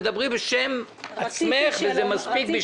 תדברי בשם עצמך וזה מספיק בשבילי.